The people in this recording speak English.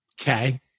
Okay